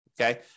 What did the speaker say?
okay